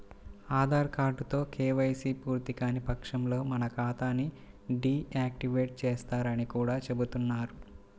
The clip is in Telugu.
ఆధార్ కార్డుతో కేవైసీ పూర్తికాని పక్షంలో మన ఖాతా ని డీ యాక్టివేట్ చేస్తారని కూడా చెబుతున్నారు